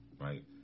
right